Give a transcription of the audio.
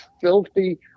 filthy